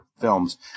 films